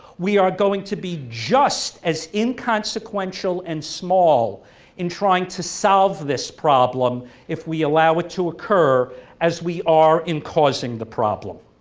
we are going to be just as inconsequential and small in trying to solve this problem if we allow it to occur as we are in causing the problem.